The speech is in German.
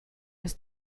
ist